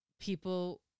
people